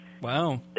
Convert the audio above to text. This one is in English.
wow